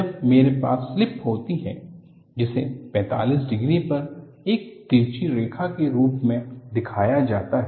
जब मेरे पास स्लिप होती है जिसे 45 डिग्री पर एक तिरछी रेखा के रूप में दिखाया जाता है